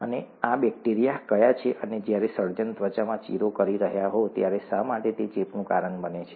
અને આ બેક્ટેરિયા ક્યાં છે અને જ્યારે સર્જન ત્વચામાં ચીરો કરી રહ્યા હોય ત્યારે શા માટે તે ચેપનું કારણ બને છે